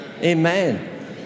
Amen